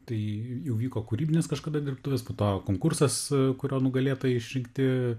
tai jau vyko kūrybinės kažkada dirbtuvės po to konkursas kurio nugalėtojai išrinkti